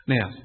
Now